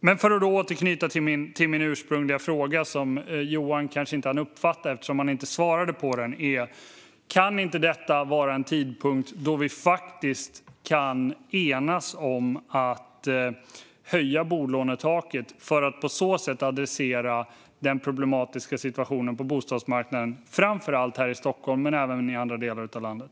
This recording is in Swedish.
Men för att återknyta till min ursprungliga fråga, som Johan kanske inte hann uppfatta eftersom han inte svarade på den: Kan inte detta vara en tidpunkt då vi kan enas om att höja bolånetaket för att på så sätt adressera den problematiska situation som råder på bostadsmarknaden, framför allt här i Stockholm men även i andra delar av landet?